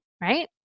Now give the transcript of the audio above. Right